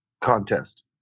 contest